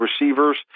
receivers